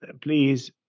please